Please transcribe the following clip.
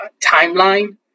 timeline